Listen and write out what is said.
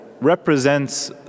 represents